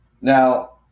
now